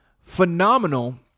phenomenal